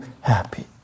happy